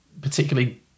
particularly